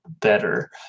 better